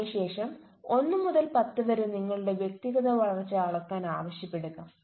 അതിനു ശേഷം ഒന്ന് മുതൽ പത്ത് വരെ നിങ്ങളുടെ വ്യക്തിഗത വളർച്ച അളക്കാൻ ആവശ്യപ്പെടുക